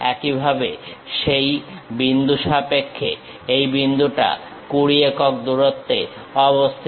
একইভাবে সেই বিন্দু সাপেক্ষে এই বিন্দুটা 20 একক দূরত্বে অবস্থিত